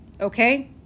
okay